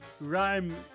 rhyme